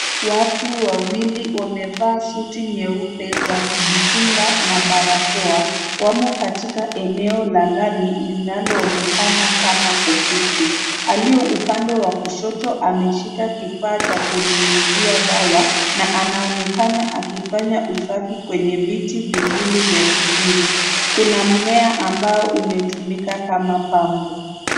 Watu wawili wamevaa suti nyeupe za kujikinga na barakoa. Wamo katika eneo la ndani linaloonekana kama ofisi. Aliye upande wa kushoto ameshika kifaa cha kunyunyizia dawa na anaonekana akifanya usafi kwenye viti viwili vya kijivu. Kuna mmea ambao umetumika kama pambo.